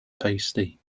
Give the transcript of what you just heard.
tasty